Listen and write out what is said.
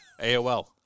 AOL